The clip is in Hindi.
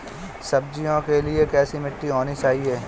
सब्जियों के लिए कैसी मिट्टी होनी चाहिए?